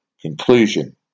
Conclusion